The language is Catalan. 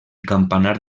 campanar